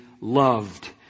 loved